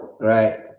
Right